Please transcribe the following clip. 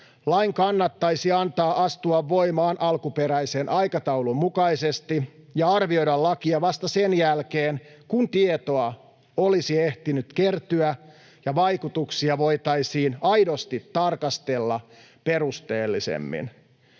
lain kannattaisi antaa astua voimaan alkuperäisen aikataulun mukaisesti ja arvioida lakia vasta sen jälkeen, kun tietoa olisi ehtinyt kertyä ja vaikutuksia voitaisiin aidosti tarkastella perusteellisemmin.